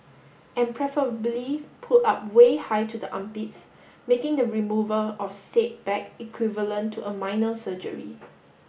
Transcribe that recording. and preferably pulled up way high to the armpits making the removal of said bag equivalent to a minor surgery